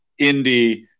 indie